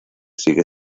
sigue